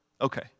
Okay